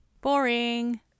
Boring